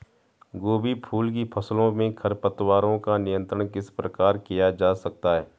गोभी फूल की फसलों में खरपतवारों का नियंत्रण किस प्रकार किया जा सकता है?